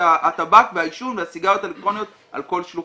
הטבק והעישון והסיגריות האלקטרוניות על כל שלוחותיה.